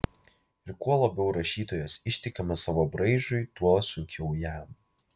ir kuo labiau rašytojas ištikimas savo braižui tuo sunkiau jam